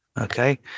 okay